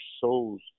souls